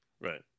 Right